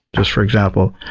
just for example.